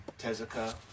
tezuka